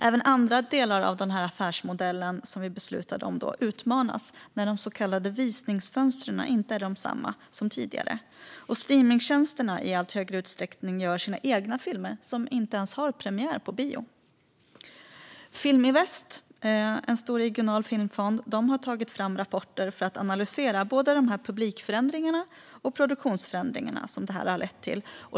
Även andra delar av den affärsmodell som vi beslutade om då utmanas när de så kallade visningsfönstren inte är desamma som tidigare och streamningstjänsterna i allt större utsträckning gör sina egna filmer som inte ens har premiär på bio. Film i Väst, en stor regional filmfond, har tagit fram rapporter för att analysera både de publikförändringar och produktionsförändringar som detta har lett till.